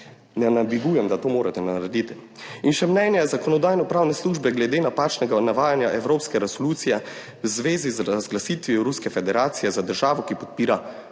Ne namigujem, da to morate narediti, in še mnenje Zakonodajno-pravne službe glede napačnega navajanja evropske resolucije v zvezi z razglasitvijo Ruske federacije za državo, ki podpira